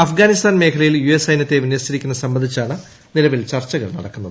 അഫ്ഗാനിസ്ഥാൻ മേഖലയിൽ യുഎസ് സൈന്യത്തെ വിന്യസിച്ചിരിക്കുന്നത് സംബന്ധിച്ചാണ് നിലവിലെ ചർച്ചകൾ നടക്കുന്നത്